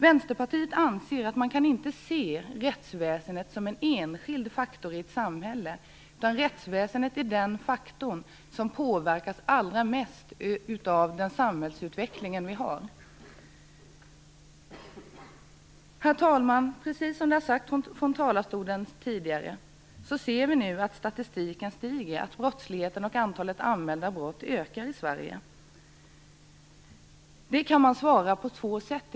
Vänsterpartiet anser att man inte kan se rättsväsendet som en isolerad faktor i ett samhälle, utan rättsväsendet är den faktor som påverkas allra mest av samhällsutvecklingen. Herr talman! Som tidigare har sagts från denna talarstol ser vi nu av statistiken att brottsligheten och antalet anmälda brott ökar i Sverige. På det kan man svara på två sätt.